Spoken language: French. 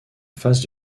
face